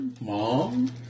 Mom